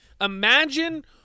imagine